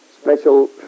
Special